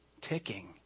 ticking